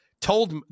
told